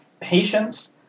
patience